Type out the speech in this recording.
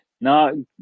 no